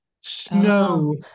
snow